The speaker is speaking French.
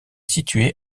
située